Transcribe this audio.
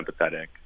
empathetic